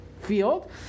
field